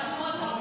לפרוטוקול,